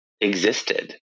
existed